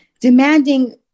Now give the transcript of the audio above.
demanding